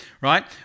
right